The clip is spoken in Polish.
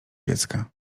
dziecka